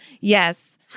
Yes